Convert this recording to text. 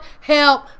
help